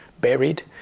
buried